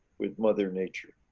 with mother nature.